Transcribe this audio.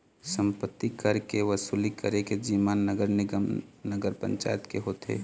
सम्पत्ति कर के वसूली करे के जिम्मा नगर निगम, नगर पंचायत के होथे